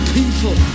people